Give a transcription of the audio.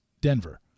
Denver